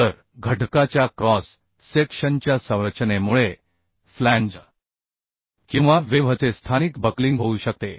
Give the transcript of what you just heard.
तर घटकाच्या क्रॉस सेक्शनच्या संरचनेमुळे फ्लॅंजकिंवा वेव्हचे स्थानिक बक्लिंग होऊ शकते